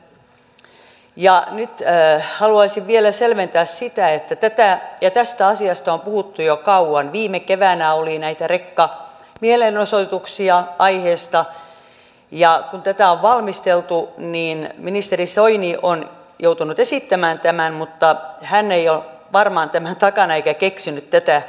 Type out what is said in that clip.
nyt haluaisin vielä selventää sitä että kun tätä ja tästä asiasta on puhuttu jo kauan viime keväänä oli näitä rekkamielenosoituksia aiheesta on valmisteltu niin ministeri soini on joutunut esittämään tämän mutta hän ei ole varmaan tämän takana eikä keksinyt tätä